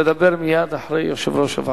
והיא תדבר מייד אחרי יושב-ראש הוועדה.